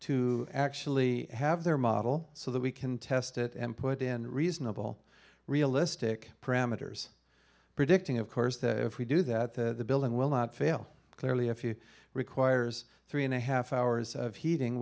to actually have their model so that we can test it and put in reasonable realistic parameters predicting of course that if we do that the building will not fail clearly if you requires three and a half hours of heating